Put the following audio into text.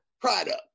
product